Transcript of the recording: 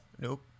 Nope